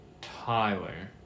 Tyler